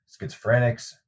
schizophrenics